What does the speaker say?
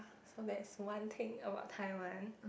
so that is one thing about Taiwan